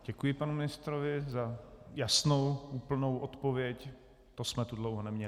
Děkuji panu ministrovi za jasnou, úplnou odpověď, to jsme tu dlouho neměli.